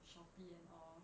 shopee and all